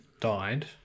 died